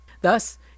Thus